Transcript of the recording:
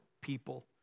people